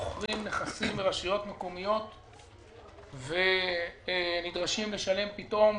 ששוכרים נכסים ברשויות מקומיות ונדרשים לשלם פתאום